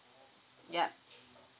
yup